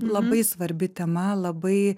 labai svarbi tema labai